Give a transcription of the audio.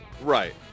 Right